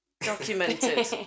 Documented